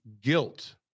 guilt